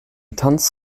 tanz